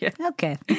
okay